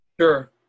Sure